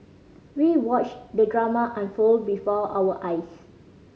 we watched the drama unfold before our eyes